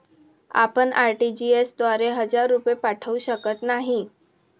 आपण आर.टी.जी.एस द्वारे हजार रुपये पाठवू शकत नाही